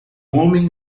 homem